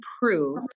prove